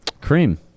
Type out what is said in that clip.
Cream